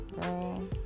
girl